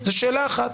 זאת שאלה אחת.